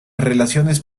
relaciones